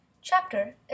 Chapter